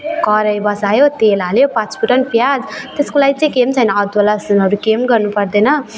कराई बसायो तेल हाल्यो पाँचफुरन प्याज त्यसको लागि चाहिँ केही छैन अदुवा लसुनहरू केही पनि गर्नुपर्दैन